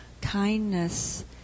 kindness